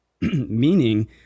meaning